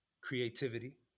creativity